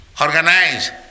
organize